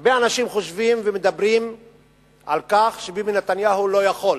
הרבה אנשים חושבים ומדברים על כך שביבי נתניהו לא יכול.